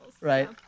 Right